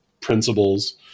principles